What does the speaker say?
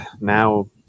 now